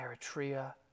eritrea